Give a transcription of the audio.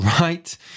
right